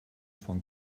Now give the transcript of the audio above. von